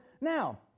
Now